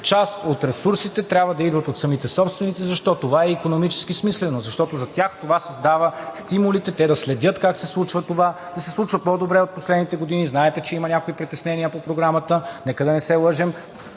част от ресурсите трябва да идват от самите собственици. Защо това е икономически смислено? Защото за тях това създава стимулите да следят как се случва това, да се случва по-добре от последните години. Знаете, че има някои притеснения по Програмата, нека да не се лъжем.